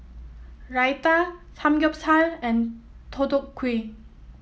Raita Samgyeopsal and Deodeok Gui